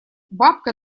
бабка